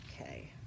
Okay